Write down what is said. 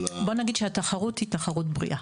בוא נגיד שהתחרות היא תחרות בריאה.